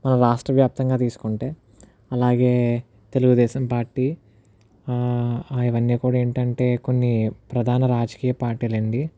మన రాష్ట్ర వ్యాప్తంగా తీసుకుంటే అలాగే తెలుగుదేశం పార్టీ అవన్నీ కూడా ఏంటంటే కొన్ని ప్రధాన రాజకీయ పార్టీ అండీ